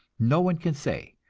no one can say.